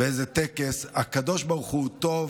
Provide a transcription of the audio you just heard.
האימא אמרה לכולם באיזה טקס: הקדוש ברוך הוא טוב,